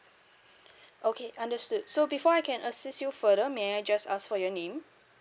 okay understood so before I can assist you further may I just ask for your name